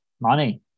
Money